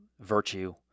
virtue